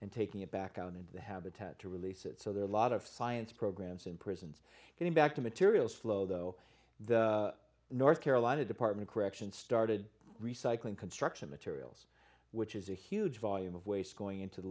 and taking it back out into the habitat to release it so there are a lot of science programs in prisons getting back to materials flow though the north carolina department correction started recycling construction materials which is a huge volume of waste going into the